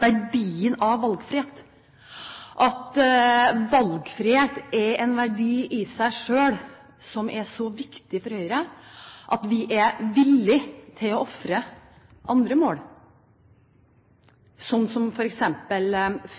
verdien av valgfrihet, at valgfrihet i seg selv er en verdi som er så viktig for Høyre at vi er villig til å ofre andre mål, slik som f.eks.